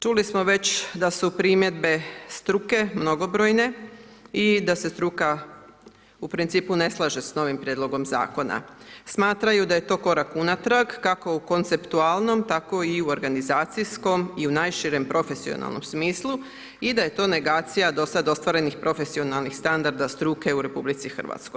Čuli smo već da su primjedbe struke mnogobrojne i da se struka u principu ne slaže sa novim prijedlogom zakona. smatraju da je to korak unatrag kako u konceptualnom tako i u organizacijskom i u najširem profesionalnom smislu i da je to negacija dosad ostvarenih profesionalnih standarda struke u RH.